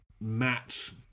match